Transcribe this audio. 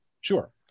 Sure